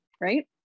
Right